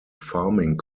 farming